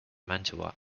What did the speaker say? mantua